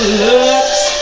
looks